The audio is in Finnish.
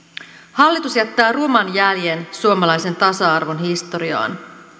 hallitus jättää ruman jäljen suomalaisen tasa arvon historiaan